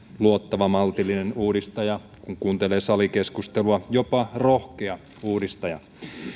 luottava maltillinen uudistaja kun kuuntelee salikeskustelua jopa rohkea uudistaja